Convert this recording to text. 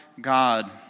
God